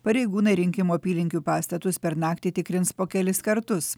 pareigūnai rinkimų apylinkių pastatus per naktį tikrins po kelis kartus